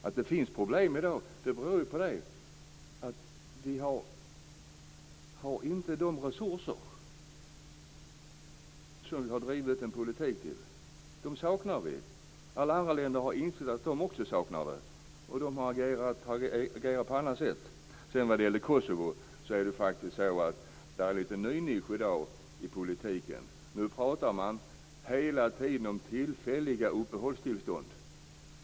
Att det finns problem i dag beror på att vi inte har de resurser som den politik vi driver kräver. Dem saknar vi. Alla andra länder har insett att också de saknar resurser, och de har agerat på annat sätt. Vad det gäller Kosovo kan jag säga att det faktiskt finns en ny nisch i dag i politiken. Nu pratar man hela tiden om tillfälliga uppehållstillstånd.